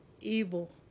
evil